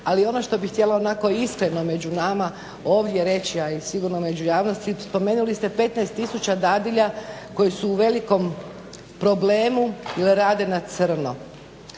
Ali ono što bih htjela onako iskreno među nama ovdje reći, a i sigurno među javnosti spomenuli ste 15000 dadilja koji su u velikom problemu jer rade na crno.